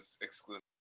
exclusive